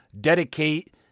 dedicate